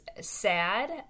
sad